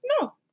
No